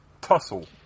Tussle